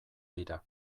dira